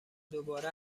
دوباره